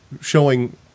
showing